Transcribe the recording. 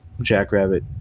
Jackrabbit